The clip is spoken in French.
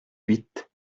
huit